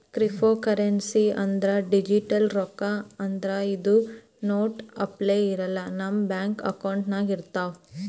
cryptocurrency ಅಂದ್ರ digital ರೊಕ್ಕಾ ಆದ್ರ್ ಇದು ನೋಟ್ ಅಪ್ಲೆ ಇರಲ್ಲ ನಮ್ ಬ್ಯಾಂಕ್ ಅಕೌಂಟ್ನಾಗ್ ಇರ್ತವ್